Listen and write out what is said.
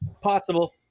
possible